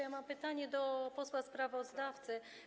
Ja mam pytanie do posła sprawozdawcy.